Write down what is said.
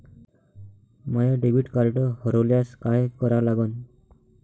माय debit card हरोल्यास काय करा लागन?